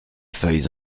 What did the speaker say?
feuilles